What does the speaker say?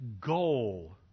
goal